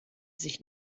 sich